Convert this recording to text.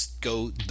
go –